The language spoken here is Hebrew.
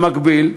במקביל,